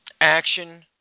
action